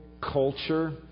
culture